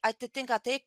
atitinka tai